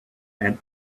and